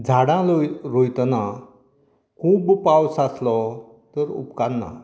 झाडां रोय रोयतनां खूब्ब पावस आसलो तर उपकारना